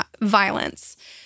violence